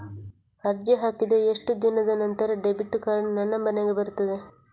ಅರ್ಜಿ ಹಾಕಿದ ಎಷ್ಟು ದಿನದ ನಂತರ ಡೆಬಿಟ್ ಕಾರ್ಡ್ ನನ್ನ ಮನೆಗೆ ಬರುತ್ತದೆ?